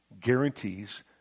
guarantees